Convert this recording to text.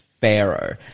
Pharaoh